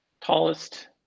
tallest